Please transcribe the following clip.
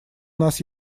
нас